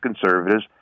conservatives